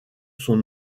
sont